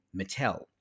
Mattel